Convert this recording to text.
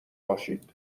باشید